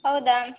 ಹೌದಾ